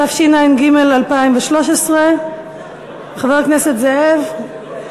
התשע"ג 2013. חבר הכנסת זאב, בבקשה.